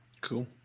Cool